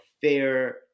fair